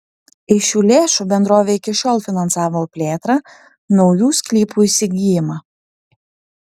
iš šių lėšų bendrovė iki šiol finansavo plėtrą naujų sklypų įsigijimą